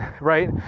right